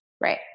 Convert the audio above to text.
Right